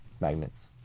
Magnets